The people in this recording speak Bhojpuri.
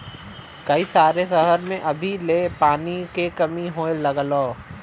कई सारे सहर में अभी ले पानी के कमी होए लगल हौ